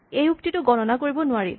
এই উক্তিটো গণনা কৰিব নোৱাৰি